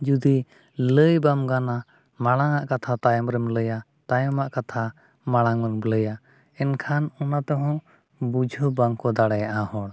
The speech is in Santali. ᱡᱩᱫᱤ ᱞᱟᱹᱭ ᱵᱟᱢ ᱜᱟᱱᱟ ᱢᱟᱲᱟᱝ ᱟᱜ ᱠᱟᱛᱷᱟ ᱛᱟᱭᱚᱢ ᱨᱮᱢ ᱞᱟᱭᱟ ᱛᱟᱭᱚᱢᱟᱜ ᱠᱟᱛᱷᱟ ᱢᱟᱲᱟᱝ ᱮᱢ ᱞᱟᱭᱟ ᱮᱱ ᱠᱷᱟᱱ ᱚᱱᱟ ᱛᱮ ᱦᱚᱸ ᱵᱩᱡᱷᱟᱹᱣ ᱵᱟᱝ ᱠᱚ ᱫᱟᱲᱮᱭᱟᱜ ᱦᱚᱲ